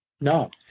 No